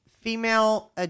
female